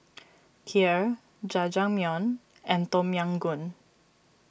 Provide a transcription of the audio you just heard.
Kheer Jajangmyeon and Tom Yam Goong